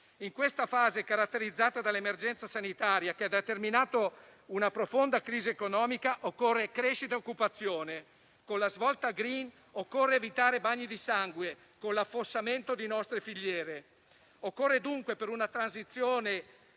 In questa fase caratterizzata dall'emergenza sanitaria, che ha determinato una profonda crisi economica, occorrono crescita e occupazione. Con la svolta *green*, occorre evitare bagni di sangue, con l'affossamento di nostre filiere. Occorre dunque, per una transizione